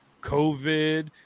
COVID